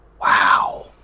wow